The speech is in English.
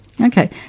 Okay